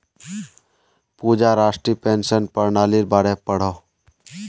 पूजा राष्ट्रीय पेंशन पर्नालिर बारे पढ़ोह